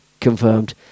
confirmed